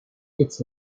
its